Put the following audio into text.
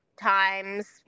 times